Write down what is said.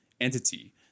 entity